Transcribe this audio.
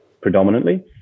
predominantly